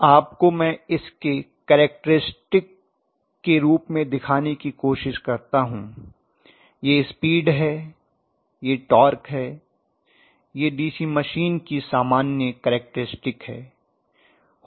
आपको मैं इसके कैरेक्टरिस्टिक के रूप में दिखाने की कोशिश करता हूँ यह स्पीड है यह टार्क है यह डीसी मशीन की सामान्य कैरेक्टरिस्टिक है